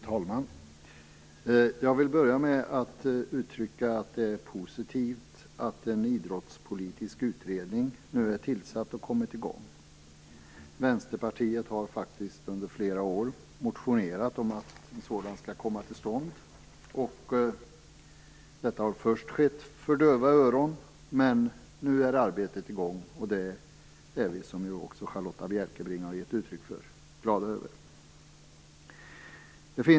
Fru talman! Jag vill börja med att säga att det är positivt att en idrottspolitisk utredning nu är tillsatt och att arbetet har kommit i gång. Vänsterpartiet har faktiskt under flera år motionerat om att en sådan utredning skulle komma till stånd. Det skedde först för döva öron. Men nu är arbetet i gång och det är vi, som Charlotta Bjälkebring också har gett uttryck för, glada över.